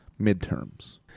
midterms